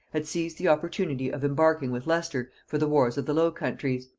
had seized the opportunity of embarking with leicester for the wars of the low countries.